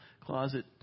closet